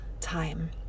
time